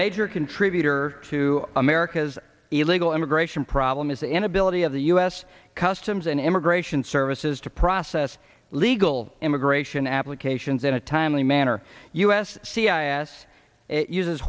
major contributor to america's illegal immigration problem is the inability of the u s customs and immigration services to process legal immigration applications in a timely manner u s c i s uses